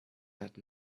said